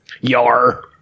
Yar